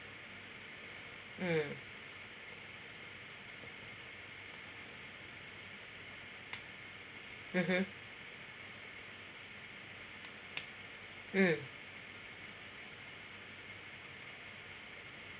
mm mmhmm mm